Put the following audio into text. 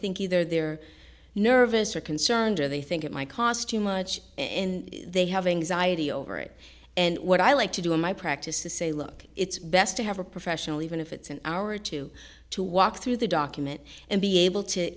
think either they're nervous or concerned or they think it might cost too much in they have anxiety over it and what i like to do in my practice is say look it's best to have a professional even if it's an hour or two to walk through the documents and be able to